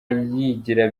yigira